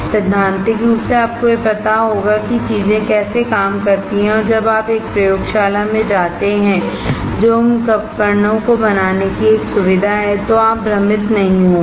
सैद्धांतिक रूप से आपको यह पता होगा कि चीजें कैसे काम करती हैं और जब आप एक प्रयोगशाला में जाते हैं जो उन उपकरणों को बनाने की एक सुविधा है तो आप भ्रमित नहीं होंगे